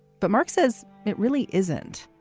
but mark says it really isn't.